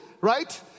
Right